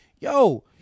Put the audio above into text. yo